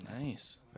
nice